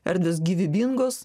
erdvės gyvybingos